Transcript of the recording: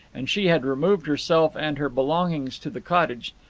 and she had removed herself and her belongings to the cottage,